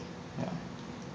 ya